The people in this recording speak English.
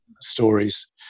stories